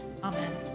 Amen